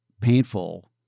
painful